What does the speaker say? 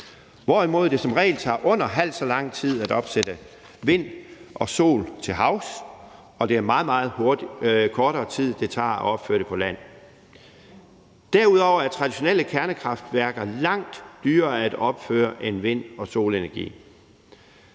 hvorimod det som regel tager under halvt så lang tid at opsætte vindmøller og solcelleanlæg til havs og det tager meget, meget kortere tid at opføre det på land. Derudover er traditionelle kernekraftværker langt dyrere at opføre end anlæg til vind- og solenergi.